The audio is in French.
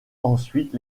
ensuite